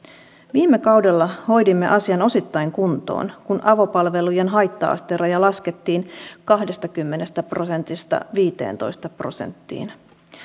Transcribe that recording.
viime kaudella hoidimme asian osittain kuntoon kun avopalvelujen haitta asteraja laskettiin kahdestakymmenestä prosentista viiteentoista prosenttiin